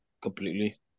completely